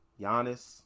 Giannis